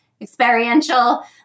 experiential